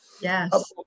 Yes